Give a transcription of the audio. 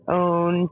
own